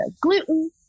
gluten